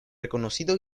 reconocido